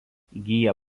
įgyja